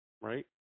right